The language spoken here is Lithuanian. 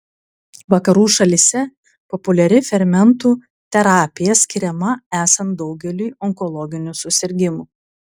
vakarų šalyse populiari fermentų terapija skiriama esant daugeliui onkologinių susirgimų